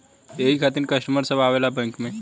यही खातिन कस्टमर सब आवा ले बैंक मे?